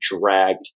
dragged